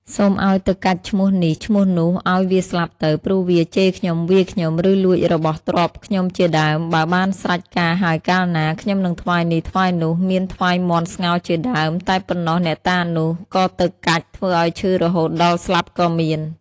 សូមឲ្យទៅកាច់ឈ្មោះនេះ ឈ្មោះនោះឲ្យវាស្លាប់ទៅ ព្រោះវាជេរខ្ញុំ-វាយខ្ញុំ ឬលួចរបស់ទ្រព្យខ្ញុំជាដើម បើបានស្រេចការហើយកាលណា ខ្ញុំនឹងថ្វាយនេះថ្វាយនោះ មានថ្វាយមាន់ស្ងោរជាដើម តែប៉ុណ្ណោះ អ្នកតានោះក៏ទៅកាច់ ធ្វើឲ្យឈឺរហូតដល់ស្លាប់ក៏មាន ។